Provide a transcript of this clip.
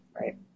Right